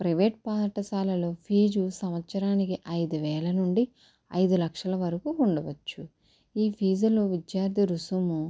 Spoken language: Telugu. ప్రైవేట్ పాఠశాలలో ఫీజు సంవత్సరానికి ఐదు వేల నుండి ఐదు లక్షల వరకు ఉండవచ్చు ఈ ఫీజులో విద్యార్థి రుసుము